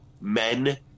Men